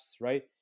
right